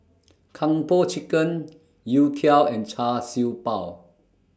Kung Po Chicken Youtiao and Char Siew Bao